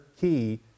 key